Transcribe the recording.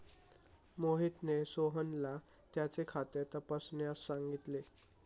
मोहितने सोहनला त्याचे खाते तपासण्यास सांगितले